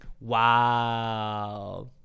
Wow